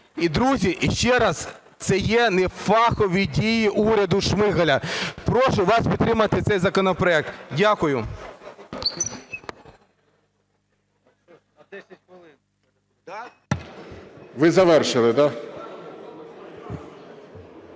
І, друзі, ще раз, це є нефахові дії уряду Шмигаля. Прошу вас підтримати цей законопроект. Дякую. Веде